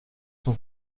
son